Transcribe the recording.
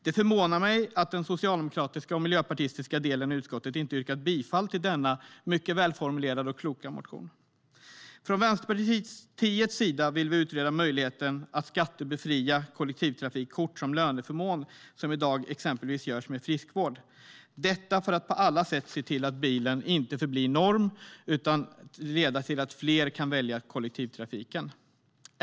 Det förvånar mig att den socialdemokratiska och miljöpartistiska delen i utskottet inte har yrkat bifall till denna mycket välformulerade och kloka motion.Från Vänsterpartiets sida vill vi utreda möjligheten att skattebefria kollektivtrafikkort som löneförmån, som i dag exempelvis friskvård kan vara, detta för att på alla sätt se till att bilen inte förblir norm utan för att leda till att fler väljer kollektivtrafiken.